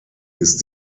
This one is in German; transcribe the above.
ist